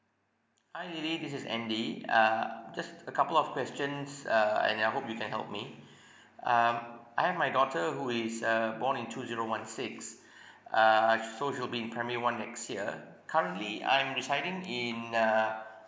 hi lily this is andy uh just a couple of questions uh and I hope you can help me um I have my daughter who is uh born in two zero one six uh so she'll be in primary one next year currently I'm residing in uh